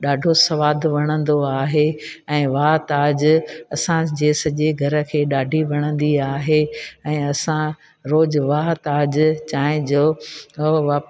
ॾाढो सवादु वणंदो आहे ऐं वाह ताज असांजे सॼे घर खे ॾाढी वणंदी आहे ऐं असां रोज़ु वाह ताज चांहि जो थ उहो वाप